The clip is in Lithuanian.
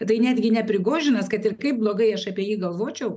tai netgi ne prigožinas kad ir kaip blogai aš apie jį galvočiau